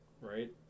right